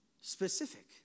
specific